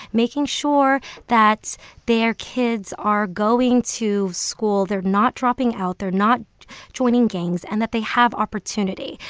making sure that their kids are going to school, they're not dropping out, they're not joining gangs, and that they have opportunity.